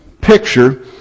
picture